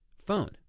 phone